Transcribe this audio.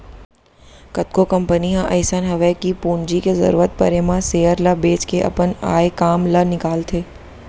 कतको कंपनी ह अइसन हवय कि पूंजी के जरूरत परे म सेयर ल बेंच के अपन आय काम ल निकालथे